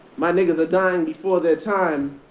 my niggas are dying before their time.